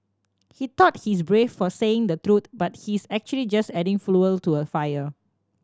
he thought he's brave for saying the truth but he's actually just adding fuel to the fire